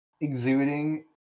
exuding